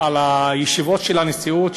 שבישיבות של הנשיאות,